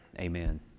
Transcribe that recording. amen